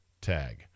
tag